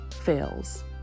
fails